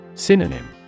Synonym